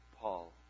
Paul